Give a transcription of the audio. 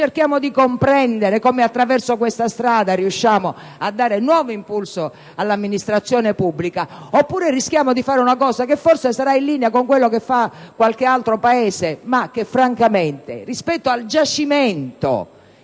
cercando di comprendere come attraverso questa strada si riesce a dare nuovo impulso all'amministrazione pubblica, oppure rischiamo di fare una cosa che forse sarà in linea con quello che fa qualche altro Paese ma che, francamente, rispetto al giacimento